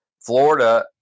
Florida